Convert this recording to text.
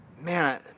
Man